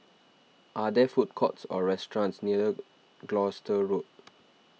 are there food courts or restaurants near Gloucester Road